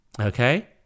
Okay